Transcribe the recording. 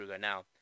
Now